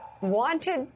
wanted